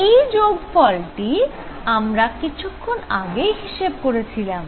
এই যোগফলটি আমরা কিছুক্ষন আগেই হিসেব করেছিলাম